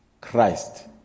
Christ